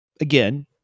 Again